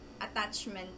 attachment